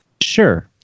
sure